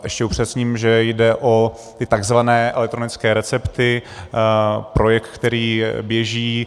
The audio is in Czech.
Ještě upřesním, že jde o ty takzvané elektronické recepty, projekt, který běží.